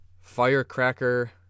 Firecracker